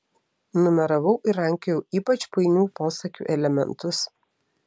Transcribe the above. numeravau ir rankiojau ypač painių posakių elementus